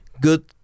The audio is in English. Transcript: Good